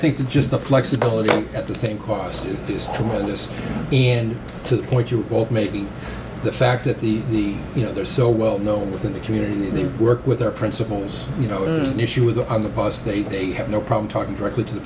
think just the flexibility at the same cost is tremendous and to the point you both making the fact that the the you know they're so well known within the community and they work with their principals you know it is an issue with the on the prostate they have no problem talking directly to the